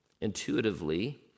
Intuitively